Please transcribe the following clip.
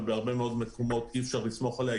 ובהרבה מאוד מקומות אי-אפשר לסמוך עליה,